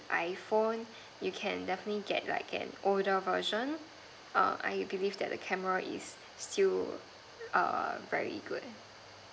iphone you can definitely get like an older version err I believe that the camera is still err very good